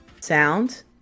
sound